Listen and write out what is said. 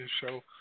show